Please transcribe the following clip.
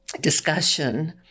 discussion